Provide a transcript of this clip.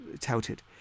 touted